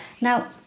Now